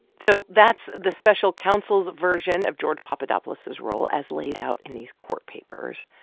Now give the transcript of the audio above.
so that's the special counsel's version of george papadopoulos's role as laid out in these court papers.